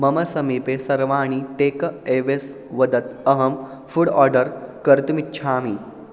मम समीपे सर्वाणि टेक एवेस् वदत् अहं फ़ुड् आर्डर् कर्तुमिच्छामि